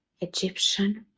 Egyptian